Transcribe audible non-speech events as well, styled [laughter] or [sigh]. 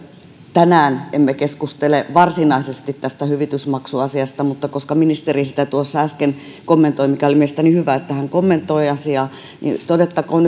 tänään emme keskustele varsinaisesti tästä hyvitysmaksuasiasta mutta koska ministeri sitä tuossa äsken kommentoi oli mielestäni hyvä että hän kommentoi asiaa niin todettakoon [unintelligible]